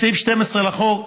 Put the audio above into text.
סעיף 12 לחוק